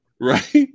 right